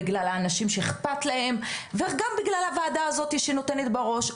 בגלל האנשים שאכפת להם וגם בגלל הוועדה הזו שנותנת בראש,